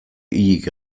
hilik